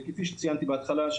וכפי שציינתי בהתחלה,